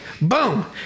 boom